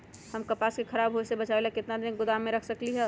हम कपास के खराब होए से बचाबे ला कितना दिन तक गोदाम में रख सकली ह?